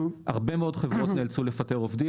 הרבה מאוד חברות נאלצו לפטר עובדים,